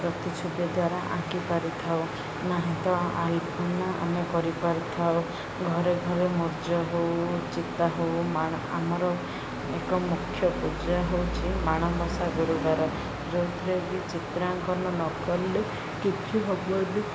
ପ୍ରତିଛବି ଦ୍ୱାରା ଆଙ୍କି ପାରିଥାଉନାହିଁ ତ ଅଳ୍ପନା ଆମେ କରିପାରିଥାଉ ଘରେ ଘରେ ମୁରୁଜ ହଉ ଚିତା ହଉ ଆମର ଏକ ମୁଖ୍ୟ ପୂଜା ହେଉଛି ମାଣବସ ଗୁରୁବାର ଯେଉଁଥିରେ କି ଚିତ୍ରାଙ୍କନ ନ କଲେ କିଛି ହେବନି